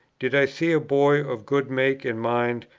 did i see a boy of good make and mind,